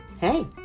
hey